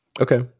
Okay